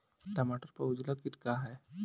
टमाटर पर उजला किट का है?